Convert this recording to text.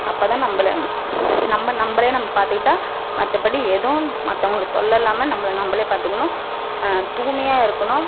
அப்போதான் நம்மள நம்ம நம்மளே நம்ம பார்த்துகிட்டா மற்றப்படி எதுவும் மற்றவங்களுக்கு தொல்லை இல்லாமல் நம்மள நம்மளே பார்த்துக்கணும் தூய்மையாக இருக்கணும்